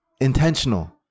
intentional